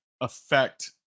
affect